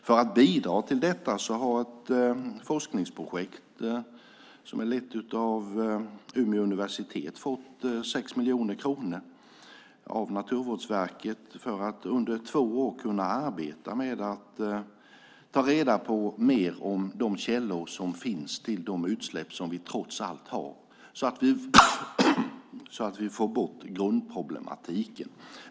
För att bidra till detta har ett forskningsprojekt som är lett av Umeå universitet fått 6 miljoner kronor av Naturvårdsverket för att under två år kunna arbeta med att ta reda på mer om de källor som finns till de utsläpp som vi trots allt har så att vi får bort grundproblematiken.